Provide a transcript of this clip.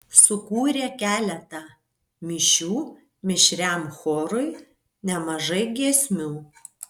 sukūrė keletą mišių mišriam chorui nemažai giesmių